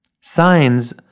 Signs